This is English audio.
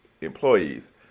employees